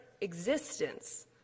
existence